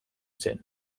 zen